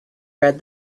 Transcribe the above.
read